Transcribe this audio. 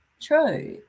true